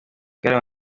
igare